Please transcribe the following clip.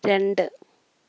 രണ്ട്